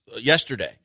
yesterday